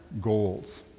goals